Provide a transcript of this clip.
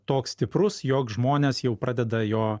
toks stiprus jog žmonės jau pradeda jo